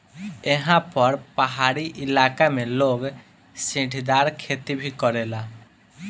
एहा पर पहाड़ी इलाका में लोग सीढ़ीदार खेती भी करेला